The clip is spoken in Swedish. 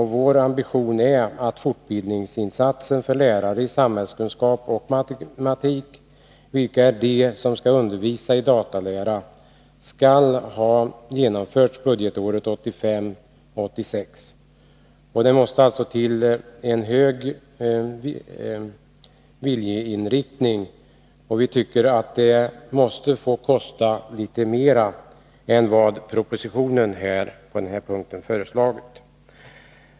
Vår ambition är att fortbildningsinsatsen för lärare i samhällskunskap och matematik, vilka är de som skall undervisa i datalära, skall ha genomförts budgetåret 1985/86. Det måste alltså till en stark viljeinriktning, och vi tycker att det måste få kosta litet mer än vad propositionen föreslagit på den här punkten.